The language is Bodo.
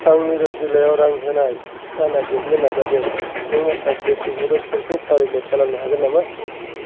आं मीरठ जिल्लायाव रां होनाय टिका नागिरनो नाजादों नों माखासे सुबुरुनफोरखौ फारिलाइ खालामनो हागोन नामा